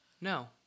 No